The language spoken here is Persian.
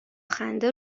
خنده